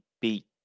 beat